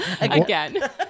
Again